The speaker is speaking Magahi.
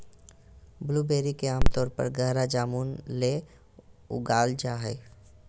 ब्लूबेरी के आमतौर पर गहरा जामुन ले उगाल जा हइ